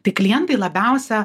tai klientai labiausia